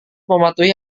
mematuhi